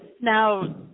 now